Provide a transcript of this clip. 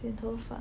剪头发